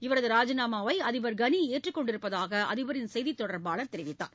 இவரது ராஜினாமவை அதிபர் கனி ஏற்றுக்கொண்டிருப்பதாக அதிபரின் செய்தி தொடர்பாளர் தெரிவித்தார்